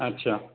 আচ্ছা